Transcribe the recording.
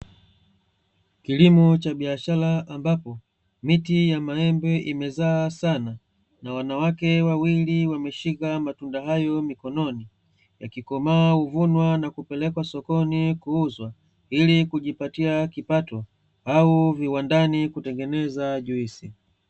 Kilimo cha biashara ambapo miti ya maembe imezaa Sana, na wanawake wawili wameshika matunda hayo mikononi, yakikomaa huvunwa na kupelekwa sokoni kuuzwa, ili kujipatia kipato au viwandani kutengeneza juisi.